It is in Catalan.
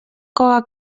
coca